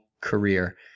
career